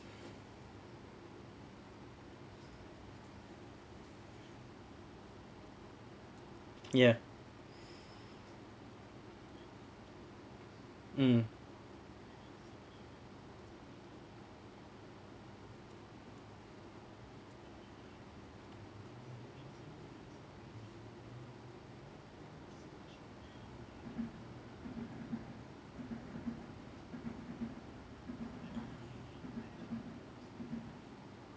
ya mm